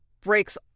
breaks